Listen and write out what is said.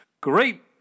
great